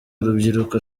urubyiruko